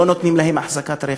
לא נותנים להם אחזקת רכב,